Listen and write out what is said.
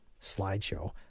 slideshow